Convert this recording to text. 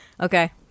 Okay